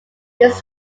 this